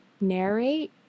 narrate